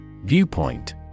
Viewpoint